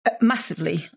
massively